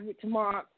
tomorrow